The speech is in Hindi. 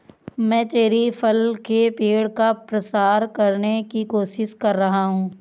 मैं चेरी फल के पेड़ का प्रसार करने की कोशिश कर रहा हूं